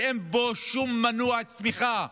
כי אין בו שום מנוע צמיחה,